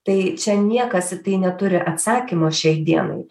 tai čia niekas į tai neturi atsakymo šiai dienai